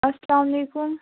اسلام علیکُم